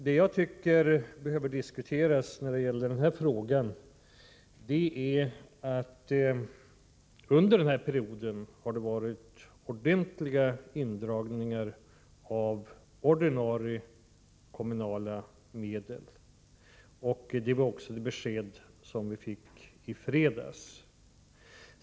Det jag tycker behöver diskuteras när det gäller denna fråga är att det under denna period har varit stora indragningar av ordinarie kommunala medel. Det var också detta besked vi fick i fredags.